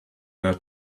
their